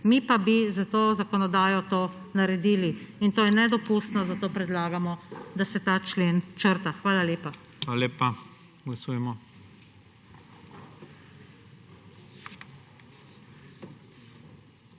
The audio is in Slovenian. Mi pa bi s to zakonodajo to naredili in to je nedopustno, zato predlagamo, da se ta člen črta. Hvala lepa. PREDSEDNIK IGOR